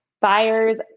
buyers